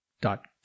dot